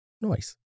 Nice